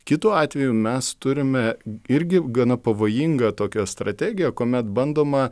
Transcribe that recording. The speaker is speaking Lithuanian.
kitu atveju mes turime irgi gana pavojingą tokia strategiją kuomet bandoma